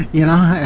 you know,